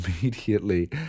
immediately